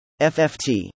FFT